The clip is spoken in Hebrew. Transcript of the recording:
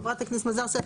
חברת הכנסת מזרסקי,